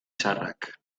txarrak